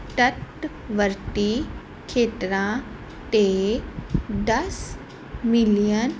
ਤੱਟਵਰਤੀ ਖੇਤਰਾਂ 'ਤੇ ਦਸ ਮਿਲੀਅਨ